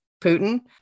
Putin